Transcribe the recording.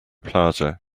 plaza